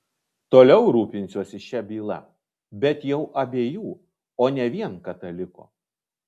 toliau rūpinsiuosi šia byla bet jau abiejų o ne vien kataliko